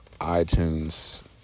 iTunes